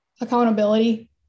Accountability